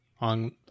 on